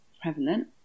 prevalent